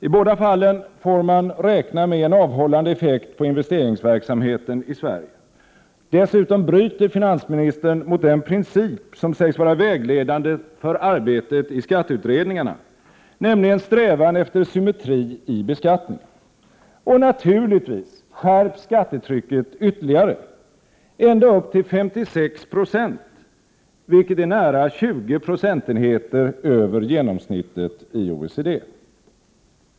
I båda fallen får man räkna med en avhållande effekt på investeringsverksamheten i Sverige. Dessutom bryter finansministern mot den princip som sägs vara vägledande för arbetet i skatteutredningarna, nämligen strävan efter symmetri i beskattningen. Och naturligtvis skärps skattetrycket ytterligare — ända upp till 56 96, vilket är nära 20 procentenheter över genomsnittet i OECD.